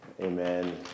Amen